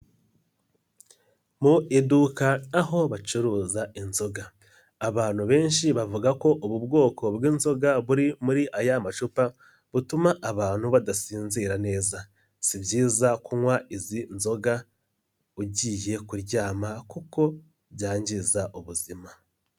Mu iduka aho bacuruza inzoga, abantu benshi bavuga ko ubu bwoko bw'inzoga buri muri aya macupa butuma abantu badasinzira neza. Si byiza kunywa izi nzoga ugiye kuryama kuko byangiza ubuzima.